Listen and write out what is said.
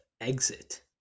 exit